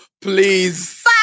please